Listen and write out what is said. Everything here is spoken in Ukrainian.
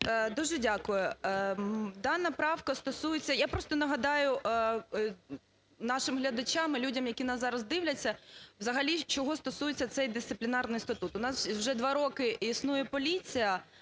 Дуже дякую. Дана правка стосується… Я просто нагадаю нашим глядача і людям, які нас зараз дивляться, взагалі чого стосується цей Дисциплінарний статут. У нас вже два роки існує поліція,